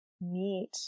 meet